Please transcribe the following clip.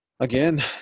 Again